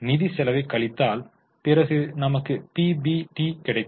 நிதி செலவைக் கழித்தால் பிறகு நமக்கு பிபிடி கிடைக்கும்